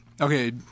okay